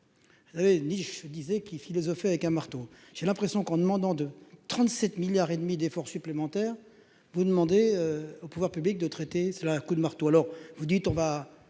sincérité. Ni je disais qu'philosopher avec un marteau, j'ai l'impression qu'on demandant de 37 milliards et demi d'efforts supplémentaires, vous demandez aux pouvoirs publics de traiter et cela à coups de marteau alors vous dites on va